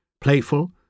playful